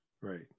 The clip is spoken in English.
Right